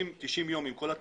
90 יום נראה לנו